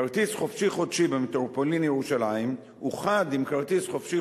כרטיס "חופשי חודשי" במטרופולין ירושלים אוחד עם כרטיס "חופשי